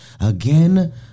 again